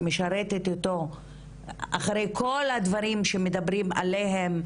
שמשרתת איתו אחרי כל הדברים שהם מדברים עליהם,